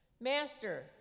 Master